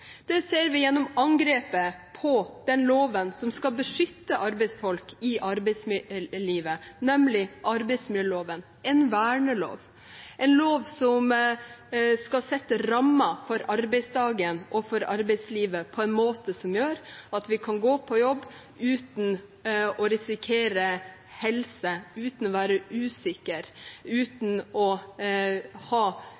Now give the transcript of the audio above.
det ser vi gjennom angrepet på den loven som skal beskytte arbeidsfolk i arbeidslivet, nemlig arbeidsmiljøloven – en vernelov, en lov som skal sette rammer for arbeidsdagen og for arbeidslivet på en måte som gjør at vi kan gå på jobb uten å risikere helse, uten å være usikker,